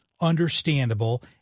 understandable